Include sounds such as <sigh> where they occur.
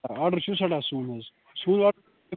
ہے order چھُ سٮ۪ٹھاہ سون حظ سون <unintelligible>